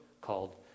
called